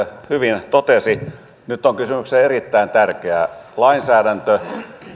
hyvin totesi nyt on kysymyksessä erittäin tärkeä lainsäädäntö